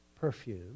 perfume